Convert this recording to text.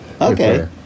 Okay